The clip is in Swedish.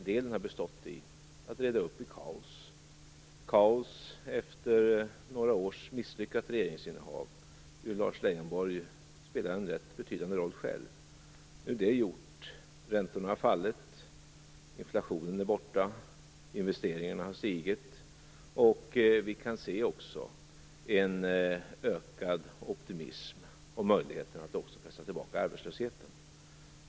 Den har bestått i att reda upp i kaos - kaos efter några års misslyckat regeringsinnehav, då Lars Leijonborg spelade en rätt betydande roll själv. Det är gjort. Räntorna har fallit. Inflationen är borta. Investeringarna har ökat. Vi kan se en ökad optimism om möjligheten att också pressa tillbaka arbetslösheten.